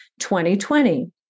2020